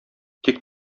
тик